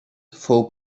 fou